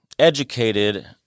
educated